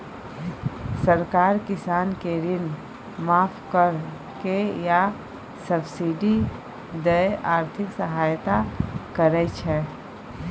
सरकार किसान केँ ऋण माफ कए या सब्सिडी दए आर्थिक सहायता करै छै